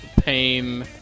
pain